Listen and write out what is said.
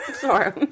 Sorry